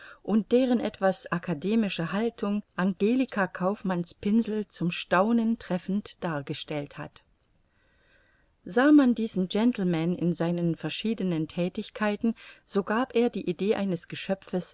und deren etwas akademische haltung angelika kaufmann's pinsel zum staunen treffend dargestellt hat sah man diesen gentleman in seinen verschiedenen thätigkeiten so gab er die idee eines geschöpfes